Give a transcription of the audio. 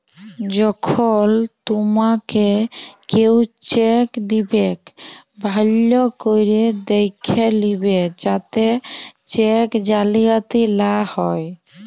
যখল তুমাকে কেও চ্যাক দিবেক ভাল্য ক্যরে দ্যাখে লিবে যাতে চ্যাক জালিয়াতি লা হ্যয়